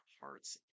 heart's